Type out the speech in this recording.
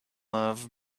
love